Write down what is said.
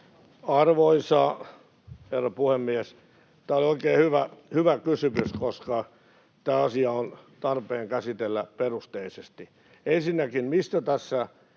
Arvoisa herra puhemies! Tämä oli oikein hyvä kysymys, koska tämä asia on tarpeen käsitellä perusteellisesti. Ensinnäkin mistä tässä